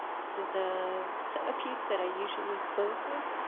this is a so ah piece that i usually close with.